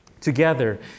together